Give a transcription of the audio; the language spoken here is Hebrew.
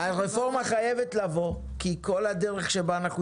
הרפורמה חייבת לבוא כי כל הדרך בה אנחנו